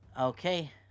Okay